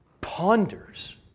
ponders